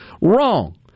Wrong